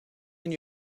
and